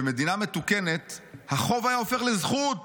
במדינה מתוקנת החוב היה הופך לזכות,